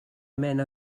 mena